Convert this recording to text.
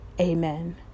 Amen